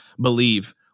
believe